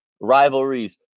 rivalries